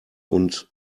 und